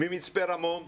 ממצפה רמון ומהמדרשה.